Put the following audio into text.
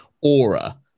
aura